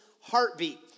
heartbeat